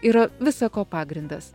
yra visa ko pagrindas